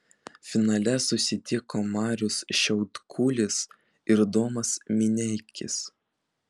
finale susitiko marius šiaudkulis ir domas mineikis